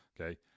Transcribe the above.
Okay